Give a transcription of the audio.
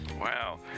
Wow